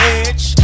edge